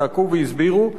צעקו והסבירו,